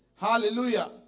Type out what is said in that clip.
Hallelujah